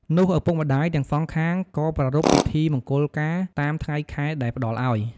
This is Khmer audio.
នោះឪពុកម្តាយទាំងសងខាងក៏ប្រារព្វពិធីមង្គលការតាមថ្ងៃខែដែលផ្ដល់អោយ។